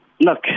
Look